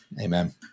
Amen